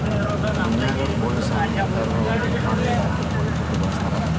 ಮನ್ಯಾಗ ಕೋಳಿ ಸಾಕದವ್ರು ಅವನ್ನ ಜೋಪಾನಲೆ ಇಡಾಕ ಕೋಳಿ ಬುಟ್ಟಿ ಬಳಸ್ತಾರ